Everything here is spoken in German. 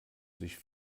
sich